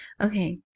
Okay